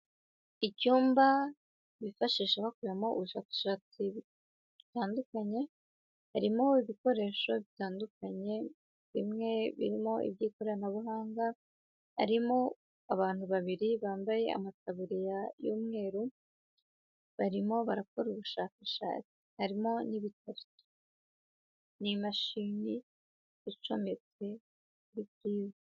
Icyumba bifashisha bakoreramo ubushakashatsi butandukanye, harimo ibikoresho bitandukanye, bimwe birimo iby'ikoranabuhanga, harimo abantu babiri bambaye amataburiya y'umweru, barimo barakora ubushakashatsi . Harimo purinta, n'imashini icometse kuri purize.